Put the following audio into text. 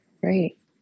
great